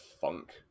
funk